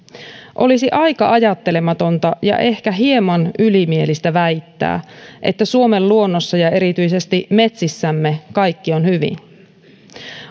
olisi aika ajattelematonta ja ehkä hieman ylimielistä väittää että suomen luonnossa ja erityisesti metsissämme kaikki on hyvin